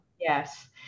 Yes